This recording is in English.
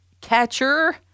Catcher